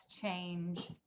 change